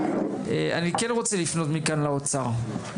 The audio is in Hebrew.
אני רוצה לפנות מכאן למשרד האוצר.